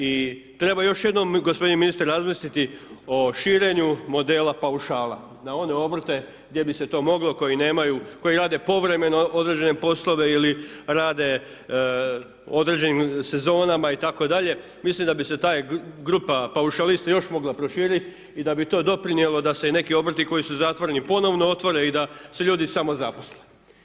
I treba još jednom gospodine ministre razmisliti o širenju modela paušala, na one obrte gdje bi se to moglo, koji rade povremeno određene poslove ili rade određenim sezonama, i tako dalje, mislim da bi se ta grupa paušalista još mogla proširiti i da bi to doprinjelo da se i neki obrti koji su zatvoreni, ponovno otvore i da se ljudi samozaposle.